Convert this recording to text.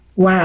Wow